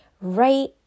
right